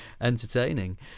entertaining